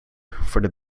for